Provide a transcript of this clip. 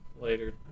later